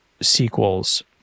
sequels